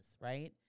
right